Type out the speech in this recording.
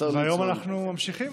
והיום אנחנו ממשיכים